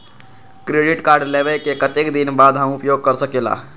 Credit card लेबे के कतेक दिन बाद हम उपयोग कर सकेला?